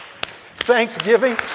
thanksgiving